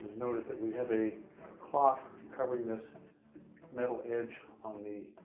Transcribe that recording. noted that we have a cloth covering this metal edge on the